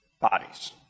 bodies